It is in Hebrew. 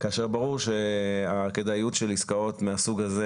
כאשר ברור שהכדאיות של עסקאות מהסוג הזה